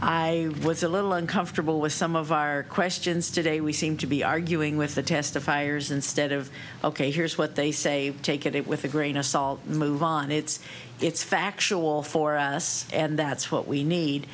i was a little uncomfortable with some of our questions today we seem to be arguing with the testifiers instead of ok here's what they say take it with a grain of salt and move on it's it's factual for us and that's what we need